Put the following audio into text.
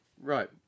Right